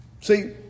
See